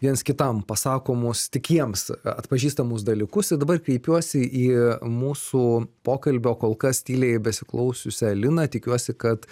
viens kitam pasakomos tik jiems atpažįstamus dalykus i dabar kreipiuosi į mūsų pokalbio kol kas tyliai besiklausiusią liną tikiuosi kad